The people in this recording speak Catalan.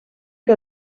que